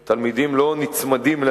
שבהם תלמידי בית-הספר